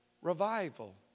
Revival